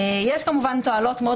יש תועלות מאוד